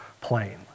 plane